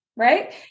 Right